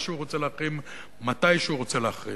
שהוא רוצה להחרים ומתי שהוא רוצה להחרים.